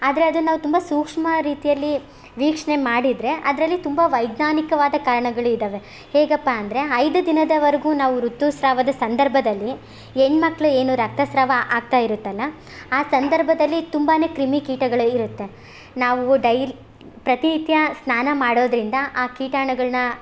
ಆದರೆ ಅದನ್ನು ನಾವು ತುಂಬ ಸೂಕ್ಷ್ಮ ರೀತಿಯಲ್ಲಿ ವೀಕ್ಷಣೆ ಮಾಡಿದರೆ ಅದರಲ್ಲಿ ತುಂಬ ವೈಜ್ಞಾನಿಕವಾದ ಕಾರಣಗಳು ಇದ್ದಾವೆ ಹೇಗಪ್ಪ ಅಂದರೆ ಐದು ದಿನದವರೆಗೂ ನಾವು ಋತುಸ್ರಾವದ ಸಂದರ್ಭದಲ್ಲಿ ಹೆಣ್ ಮಕ್ಕಳು ಏನು ರಕ್ತ ಸ್ರಾವ ಆಗ್ತಾ ಇರುತ್ತಲ್ಲ ಆ ಸಂದರ್ಭದಲ್ಲಿ ತುಂಬಾ ಕ್ರಿಮಿಕೀಟಗಳು ಇರುತ್ತೆ ನಾವೂ ಡೈಲ್ ಪ್ರತಿನಿತ್ಯ ಸ್ನಾನ ಮಾಡೋದರಿಂದ ಆ ಕೀಟಾಣುಗಳನ್ನು